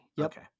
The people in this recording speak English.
Okay